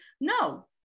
no